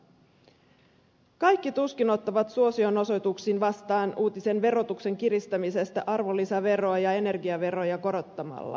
kaikki tuskin ottavat suosionosoituksin vastaan uutisen verotuksen kiristämisestä arvonlisäveroa ja energiaveroja korottamalla